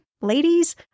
ladies